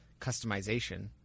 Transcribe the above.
customization